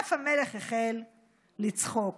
ואף המלך החל לצחוק.